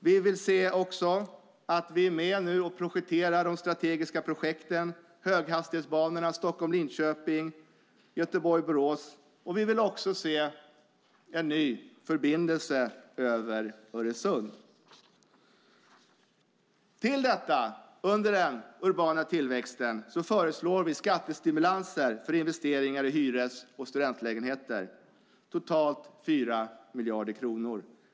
Vi vill också se att vi är med och projekterar de strategiska höghastighetsbanorna Stockholm-Linköping och Göteborg-Borås. Vi vill dessutom se en ny förbindelse över Öresund. Till detta, under den urbana tillväxten, föreslår vi skattestimulanser för investeringar i hyres och studentlägenheter, totalt 4 miljarder kronor.